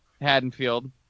Haddonfield